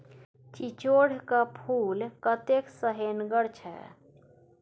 चिचोढ़ क फूल कतेक सेहनगर छै